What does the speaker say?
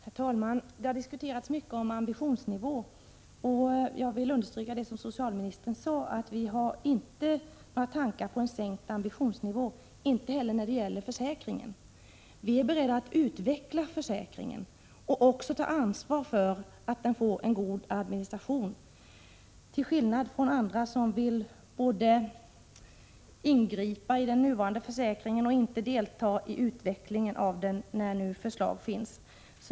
Herr talman! Det har diskuterats mycket om ambitionsnivån. Jag vill understryka det socialministern sade, att vi inte har några tankar på att sänka ambitionsnivån, inte heller när det gäller försäkringen. Vi är beredda att utveckla försäkringen och också ta ansvar för att den får en god administration, till skillnad från andra, som vill ingripa i den nuvarande försäkringen men inte delta i utvecklingen av den, när nu ett förslag finns.